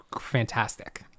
fantastic